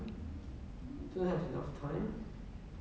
we'll have enough time